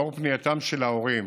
לאור פנייתם של ההורים